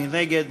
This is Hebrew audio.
מי נגד?